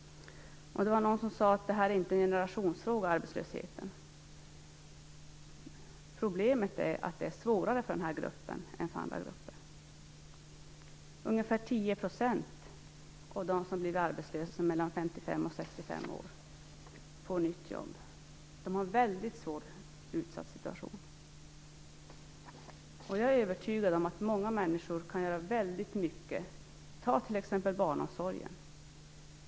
Det var någon som sade att arbetslösheten inte är en generationsfråga. Problemet är att det är svårare för den här gruppen än för andra grupper. Ungefär 10 % av de arbetslösa mellan 55 och 65 år får ett nytt jobb. De har en mycket svår och utsatt situation. Jag är övertygad om att många människor kan göra väldigt mycket. Ta t.ex. barnomsorgen.